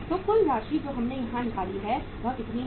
तो कुल राशि जो हमने यहां निकाली है वह कितनी है